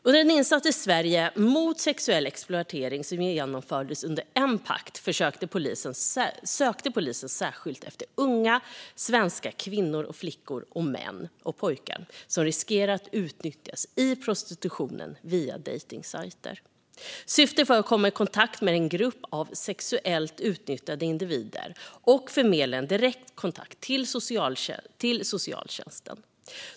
Under en insats i Sverige mot sexuell exploatering som genomfördes inom Empact sökte polisen särskilt efter unga svenska kvinnor och flickor, män och pojkar som riskerade att utnyttjas i prostitution via dejtningssajter. Syftet var att komma i kontakt med denna grupp av sexuellt utnyttjade individer och förmedla direkt kontakt med socialtjänsten.